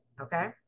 okay